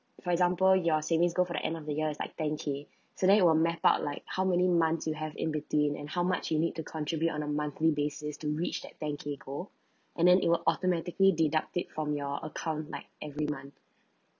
for example your savings goal for the end of the year is like ten K_ so then it will map out like how many months you have in between and how much you need to contribute on a monthly basis to reach that ten K_ goal and then it will automatically deduct it from your account like every month